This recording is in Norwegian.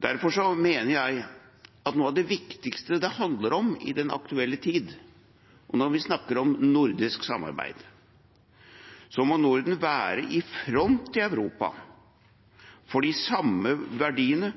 Derfor mener jeg at det er noe av det viktigste det handler om i den aktuelle tid, og når vi snakker om nordisk samarbeid, må Norden være i front i Europa for de samme verdiene